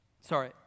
Sorry